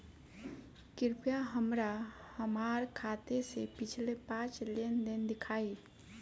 कृपया हमरा हमार खाते से पिछले पांच लेन देन दिखाइ